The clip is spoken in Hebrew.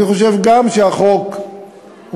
גם אני חושב שהחוק טוב,